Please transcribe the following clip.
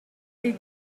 est